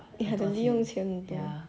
你的零用钱很多